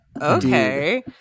okay